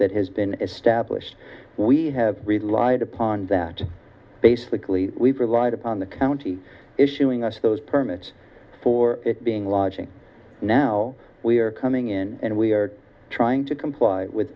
that has been established we have relied upon that basically we've relied upon the county issuing us those permits for being lodging now we are coming in and we are trying to comply with